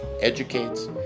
educates